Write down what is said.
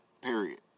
period